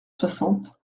soixante